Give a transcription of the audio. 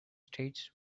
states